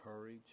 courage